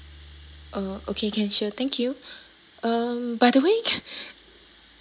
uh okay can sure thank you um by the way